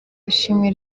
ishimwe